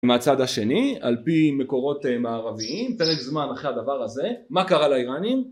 מהצד השני, על פי מקורות מערביים, פרק זמן אחרי הדבר הזה, מה קרה לאירנים?